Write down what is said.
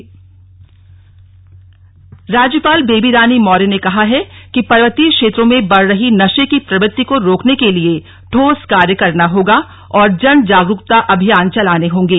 slug राज्यपाल बागेश्वर दौरा राज्यपाल बेबी रानी मौर्य ने कहा है कि पर्वतीय क्षेत्रों में बढ़ रही नशे की प्रवृत्ति को रोकने के लिए ठोस कार्य करना होगा और जनजागरूकता अभियान चलाने होंगे